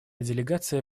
делегация